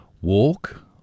walk